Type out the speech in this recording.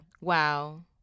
Wow